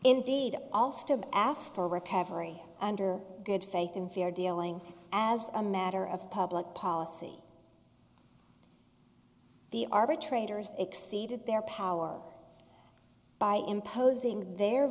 indeed also asked for recovery under good faith and fair dealing as a matter of public policy the arbitrator's exceeded their power by imposing their